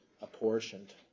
apportioned